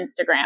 Instagram